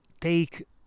take